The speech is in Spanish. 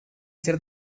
ser